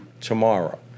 tomorrow